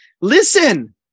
listen